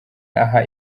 aha